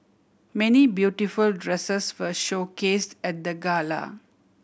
many beautiful dresses were showcase at the gala